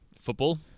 Football